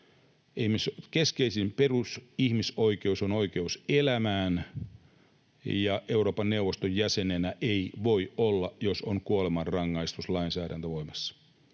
Keskeisin perus- ja ihmisoikeus on oikeus elämään, ja Euroopan neuvoston jäsenenä ei voi olla, jos on kuolemanrangaistuslainsäädäntö voimassa.